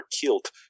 killed